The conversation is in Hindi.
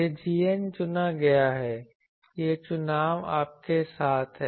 यह gn चुना गया है यह चुनाव आपके साथ है